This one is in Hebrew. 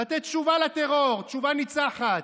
לתת תשובה לטרור במקום שהוא נרצח, תשובה ניצחת,